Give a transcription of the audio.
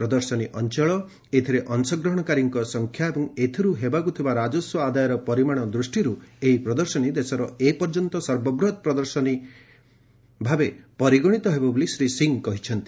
ପ୍ରଦର୍ଶନୀ ଅଞ୍ଚଳ ଏଥିରେ ଅଂଶଗ୍ରହଣକାରୀଙ୍କ ସଂଖ୍ୟା ଏବଂ ଏଥିରୁ ହେବାକୁଥିବା ରାଜସ୍ୱ ଆଦାୟ ପରିମାଣ ଦୂଷ୍ଟିରୁ ଏହି ପ୍ରଦର୍ଶନୀ ଦେଶର ଏପର୍ଯ୍ୟନ୍ତ ସର୍ବବୃହତ ପ୍ରତିରକ୍ଷା ପ୍ରଦର୍ଶନ ଭାବେ ପରିଗଣିତ ହେବ ବୋଲି ଶ୍ରୀ ସିଂ କହିଛନ୍ତି